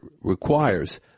requires